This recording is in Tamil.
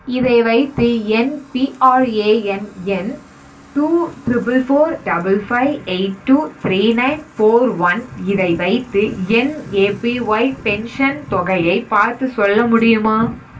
இதை வைத்து என் பிஆர்ஏஎன் எண் two triple four double five eight two three nine four one இதை வைத்து என் ஏபிஒய் பென்ஷன் தொகையை பார்த்துச் சொல்ல முடியுமா